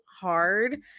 hard